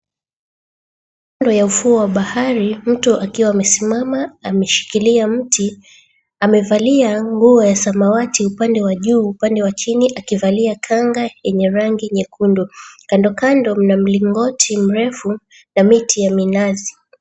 Kando ya ufuo wa bahari mtu akiwa amesimama, ameshikilia mti, amevalia nguo ya samawati upande wa juu, cupande wa chini akivalia kanga yenye rangi nyekundu. Kandokando mna mlingoti mrefu na miti ya minazi.